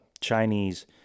Chinese